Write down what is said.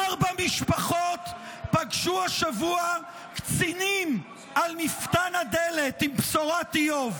ארבע משפחות פגשו השבוע קצינים על מפתן הדלת עם בשורת איוב,